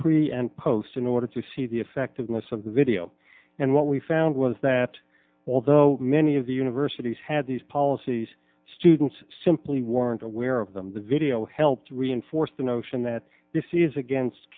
pre and post in order to see the effectiveness of the video and what we found was that although many of the universities had these policies students simply weren't aware of them the video helped reinforce the notion that this is against